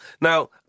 now